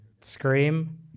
Scream